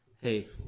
Hey